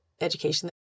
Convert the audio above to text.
education